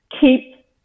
Keep